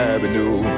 Avenue